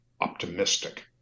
optimistic